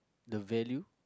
the value